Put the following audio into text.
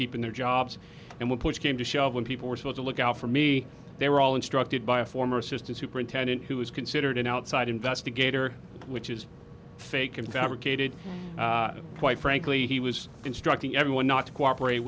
keeping their jobs and when push came to shove when people were told to look out for me they were all instructed by a former assistant superintendent who is considered an outside investigator which is fake and fabricated quite frankly he was instructing everyone not to cooperate